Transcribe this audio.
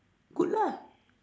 good lah